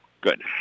Good